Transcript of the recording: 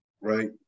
Right